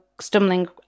stumbling